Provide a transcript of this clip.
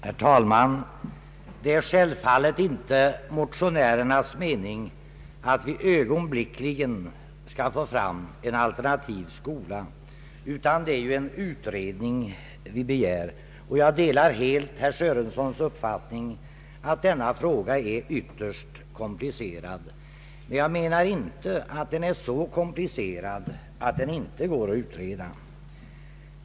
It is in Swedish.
Herr talman! Det är självfallet inte motionärernas mening att vi ögonblickligen skall få en alternativ skola, utan det är utredning vi begär. Jag delar herr Sörensons uppfattning att denna fråga är ytterst komplicerad, men jag menar inte att den är så komplicerad att det inte går att utreda den.